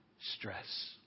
stress